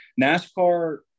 NASCAR